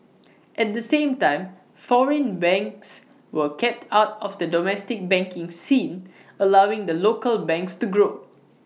at the same time foreign banks were kept out of the domestic banking scene allowing the local banks to grow